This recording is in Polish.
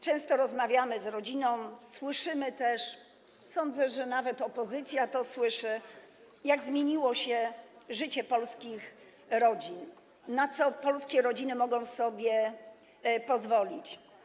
Często rozmawiamy z rodzinami, słyszymy - sądzę, że nawet opozycja to słyszy - jak zmieniło się życie polskich rodzin, na co polskie rodziny mogą sobie teraz pozwolić.